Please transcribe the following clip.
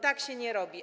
Tak się nie robi.